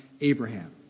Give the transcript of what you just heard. Abraham